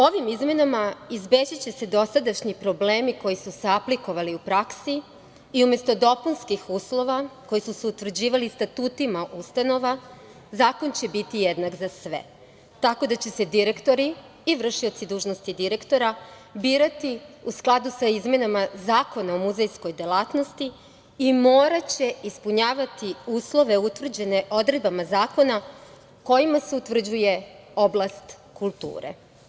Ovim izmenama izbeći će se dosadašnji problemi koji su se aplikovali u praksi i umesto dopunskih uslova, koji su se utvrđivali statutima u ustanovama, zakon će biti jednak za sve, tako da će se direktori i vršioci dužnosti direktora, birati u skladu sa izmenama Zakona o muzejskoj delatnosti, i moraće ispunjavati uslove utvrđene odredbama zakona kojima se utvrđuje oblast kulture.